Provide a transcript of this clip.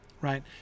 right